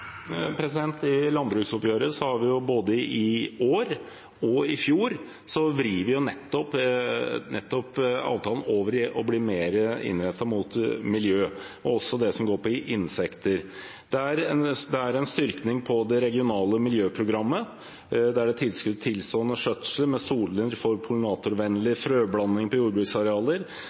I landbruksoppgjøret har vi både i år og i fjor vridd avtalen over til å bli mer innrettet mot miljø og også mot det som går på insekter. Det regionale miljøprogrammet er styrket. Det er tilskudd for å så og skjøtte soner med pollinatorvennlige frøblandinger på jordbruksarealer. SMIL-midlene er styrket, med